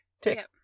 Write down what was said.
tick